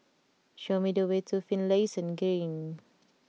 show me the way to Finlayson Green